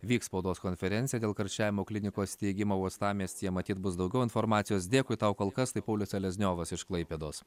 vyks spaudos konferencija dėl karščiavimo klinikos steigimo uostamiestyje matyt bus daugiau informacijos dėkui tau kol kas tai paulius selezniovas iš klaipėdos